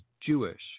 Jewish